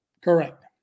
Correct